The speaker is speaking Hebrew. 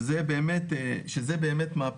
שזו באמת מהפכה